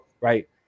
right